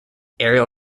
aerial